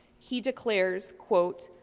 he declares, quote,